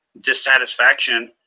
dissatisfaction